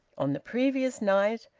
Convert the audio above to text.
on the previous night,